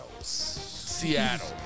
Seattle